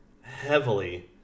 heavily